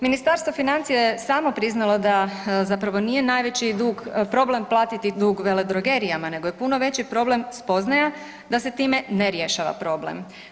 Ministarstvo financija je samo priznalo da zapravo nije najveći dug, problem platiti dug veledrogerijama, nego je puno veći problem spoznaja da se time ne rješava problem.